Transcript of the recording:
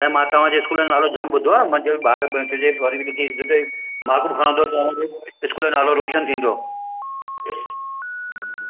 ऐं मां तव्हां जे स्कूल जो नालो जाम ॿुधो आहे मां चयो ॿार बि सुठे सां पढ़ी लिखी सुठे मार्कूं खणंदौ त तव्हां जे स्कूल जो नालो रोशन थींदो